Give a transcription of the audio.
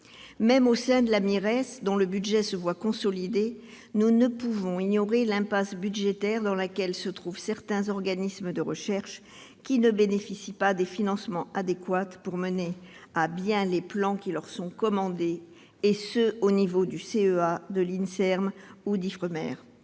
Même au sein de la MIRES, dont le budget se voit consolidé, nous ne pouvons ignorer l'impasse budgétaire dans laquelle se trouvent certains organismes de recherche, qui ne bénéficient pas des financements adéquats pour mener à bien les plans qui leur sont commandés- CEA, INSERM ou IFREMER.